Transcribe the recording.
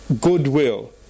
goodwill